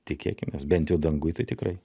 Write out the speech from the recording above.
tikėkimės bent jau danguj tai tikrai